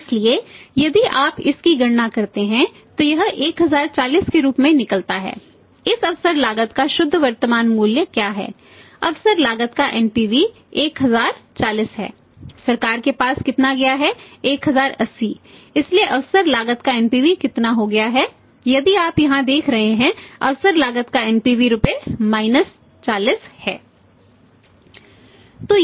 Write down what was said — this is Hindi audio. इसलिए यदि आप इसकी गणना करते हैं तो यह 1040 के रूप में निकलता है इस अवसर लागत का शुद्ध वर्तमान मूल्य क्या है अवसर लागत का एनपीवी रुपये 40 है